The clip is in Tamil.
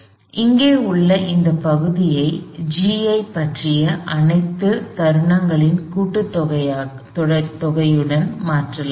எனவே இங்கே உள்ள இந்த பகுதியை G ஐப் பற்றிய அனைத்து தருணங்களின் கூட்டுத்தொகையுடன் மாற்றலாம்